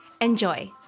Enjoy